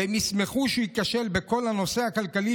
והם ישמחו שהוא ייכשל בכל הנושא הכלכלי